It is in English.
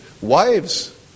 Wives